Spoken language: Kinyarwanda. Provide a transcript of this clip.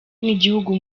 n’igihugu